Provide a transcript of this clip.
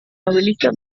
novelista